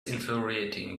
infuriating